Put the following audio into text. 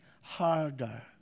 harder